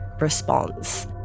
response